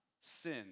sin